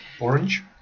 Orange